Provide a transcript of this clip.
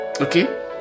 Okay